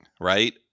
right